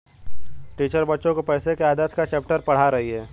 teacher बच्चो को पैसे के आदेश का चैप्टर पढ़ा रही हैं